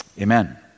amen